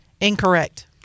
Incorrect